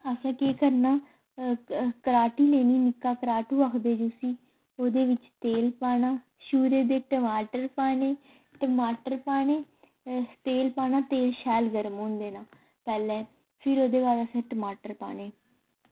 असें केह् करना कराटी लानी निक्का कराटू आखदे जूसी ओह्दे बिच्च तेल पाना छूरे दे टमाटर पाने टमाटर पाने तेल पाना तेल शैल गर्म होन देना पैह्लें फिर ओह्दे बाद असें टमाटर पाने